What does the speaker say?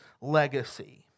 legacy